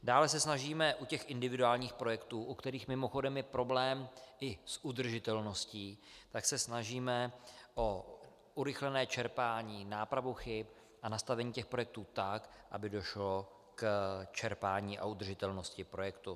Dále se snažíme u těch individuálních projektů, u kterých mimochodem je problém i s udržitelností, o urychlené čerpání, nápravu chyb a nastavení těch projektů tak, aby došlo k čerpání a udržitelnosti projektu.